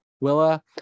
Willa